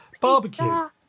Barbecue